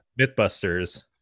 Mythbusters